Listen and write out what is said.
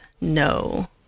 no